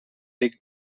big